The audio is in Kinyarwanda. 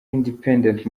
independent